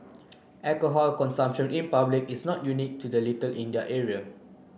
alcohol consumption in public is not unique to the Little India area